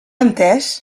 entès